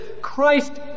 Christ